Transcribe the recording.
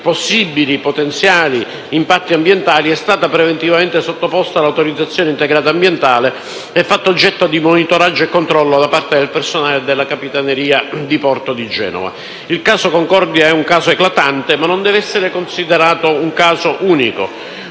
possibili, potenziali impatti ambientali, è stata preventivamente sottoposta all'Autorizzazione integrata ambientale e fatta oggetto di monitoraggio e controllo da parte del personale della Capitaneria di porto di Genova. Il caso Concordia è un caso eclatante, ma non deve essere considerato un caso unico.